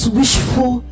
wishful